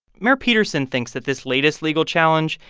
mayor peterson thinks that this latest legal challenge,